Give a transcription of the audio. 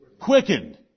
quickened